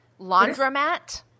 Laundromat